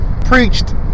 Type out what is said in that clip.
preached